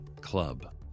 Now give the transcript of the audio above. club